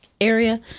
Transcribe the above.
Area